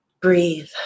Breathe